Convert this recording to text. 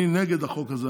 אני נגד החוק הזה.